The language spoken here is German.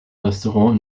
restaurant